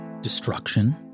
destruction